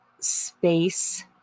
space